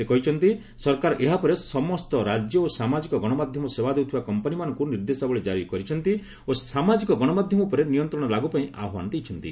ସେ କହିଛନ୍ତି' ସରକାର ଏହା ଉପରେ ସମସ୍ତର ରାଜ୍ୟ ଓ ସାମାଜିକ ଗଣମାଧ୍ୟମ ସେବା ଦେଉଥିବା କମ୍ପାନୀମାନଙ୍କୁ ନିର୍ଦ୍ଦେଶାବଳୀ କରିଛନ୍ତି ଓ ସାମାଜିକ ଗଣମାଧ୍ୟମ ଉପରେ ନିୟନ୍ତ୍ରଣ ଲାଗ୍ର ପାଇଁ ଆହ୍ୱାନ ଦେଇଛନ୍ତି